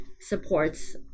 supports